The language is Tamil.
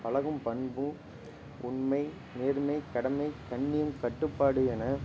பழகும் பண்பும் உண்மை நேர்மை கடமை கண்ணியம் கட்டுப்பாடு என